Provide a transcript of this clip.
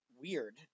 weird